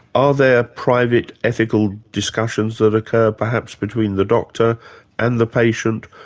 are there private ethical discussions that occur perhaps between the doctor and the patient,